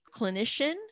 clinician